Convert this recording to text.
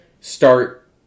start